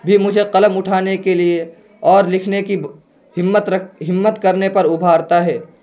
بھی مجھے قلم اٹھانے کے لیے اور لکھنے کی ہمت رکھ ہمت کرنے پر ابھارتا ہے